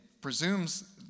presumes